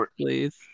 Please